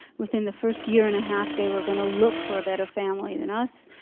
within the first year and a half they were going to look for a better family than us,